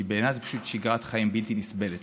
כי בעיניי זו פשוט שגרת חיים בלתי נסבלת.